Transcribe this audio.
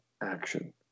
action